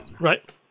Right